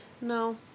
No